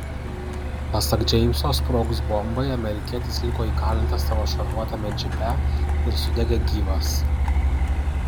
pasak džeimso sprogus bombai amerikietis liko įkalintas savo šarvuotame džipe ir sudegė gyvas